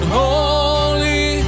holy